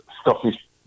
Scottish